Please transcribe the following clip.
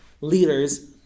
leaders